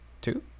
two